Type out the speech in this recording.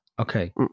Okay